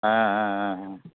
ஆ ஆ ஆ ஆ